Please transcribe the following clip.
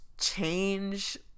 change